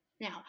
Now